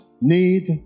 need